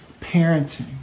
parenting